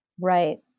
Right